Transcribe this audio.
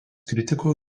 kritikų